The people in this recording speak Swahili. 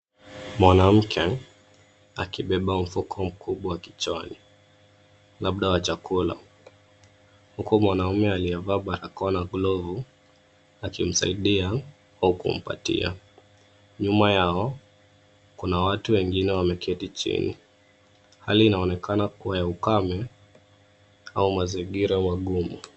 Mwanamke akibeba mfuko mkubwa kichwani, labda wa chakula, huku mwanaume aliyevaa barakoa na glovu, akimsaidia au kumpatia. Nyuma yao, kuna watu wengine wameketi chini. Hali inaonekana kua ya ukame au mazingira magumu.